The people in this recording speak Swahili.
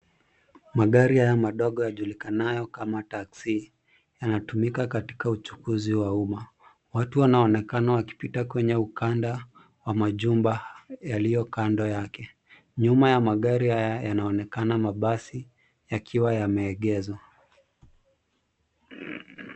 Magari hayo madogo yajulikanayo kama taxi ,yanatumika katika uchukuzi wa umma. Watu wanaonekana wakipita kwenye ukanda wa majumba yaliyo kando yake. Nyuma ya magari haya yanaonekana mabasi yakiwa yameegezwa.